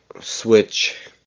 switch